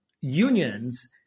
unions